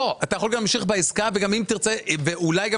אתה יכול להמשיך בעסקה וגם אם תרצה אולי גם